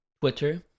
Twitter